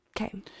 Okay